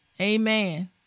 Amen